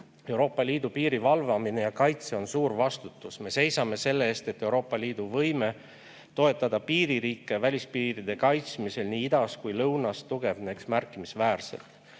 Euroopa Liidu piiri valvamine ja kaitse on suur vastutus. Me seisame selle eest, et Euroopa Liidu võime toetada piiririike välispiiride kaitsmisel nii idas kui ka lõunas tugevneks märkimisväärselt.